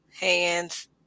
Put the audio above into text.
hands